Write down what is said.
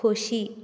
खोशी